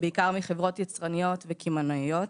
בעיקר מחברות יצרניות וקמעונאיות.